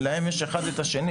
אבל לפחות יש להם אחד את השנייה,